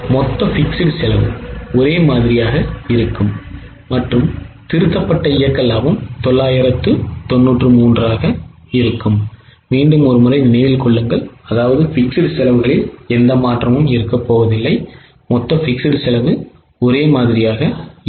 மொத்த fixed செலவு ஒரே மாதிரியாக இருக்கும் மற்றும் திருத்தப்பட்ட இயக்க லாபம் 993 ஆக இருக்கும்